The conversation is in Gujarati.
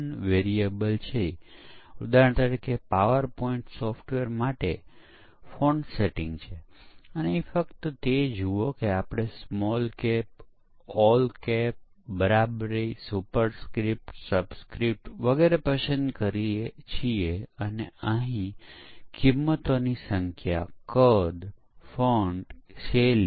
અને જ્યારે આપણે ભૂલોને દૂર કરી છે પછી જ્યારે આપણે સોફ્ટવેરમાં અન્ય ફેરફારો કરીએ છીએ ત્યારે નવા પ્રકારના ભૂલો રજૂ થાય છે